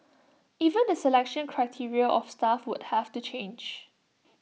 even the selection criteria of staff would have to change